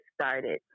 started